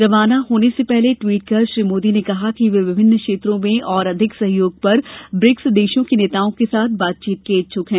रवाना होने से पहले टवीट कर श्री मोदी ने कहा कि वे विभिन्न क्षेत्रों में और अधिक सहयोग पर ब्रिक्स देश के नेताओं के साथ बातचीत के इच्छ्क हैं